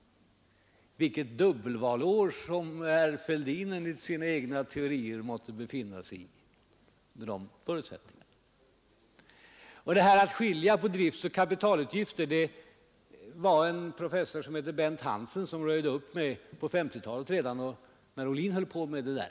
Vilket dubbelvalår herr Fälldin enligt sina egna teorier måtte befinna sig i! Det här med att skilja på driftsoch kapitalutgifter var det en professor som hette Bent Hansen som röjde upp med redan på 1950-talet, när herr Ohlin höll på med det där.